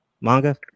manga